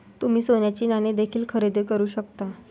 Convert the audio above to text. तुम्ही सोन्याची नाणी देखील खरेदी करू शकता